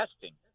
testing